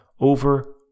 over